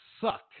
suck